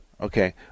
Okay